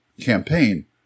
campaign